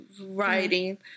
writing